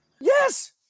Yes